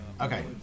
Okay